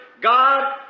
God